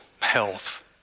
health